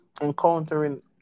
encountering